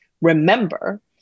remember